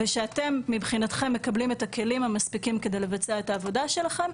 ושאתם מבחינתכם מקבלים את הכלים המספיקים כדי לבצע את העבודה שלכם,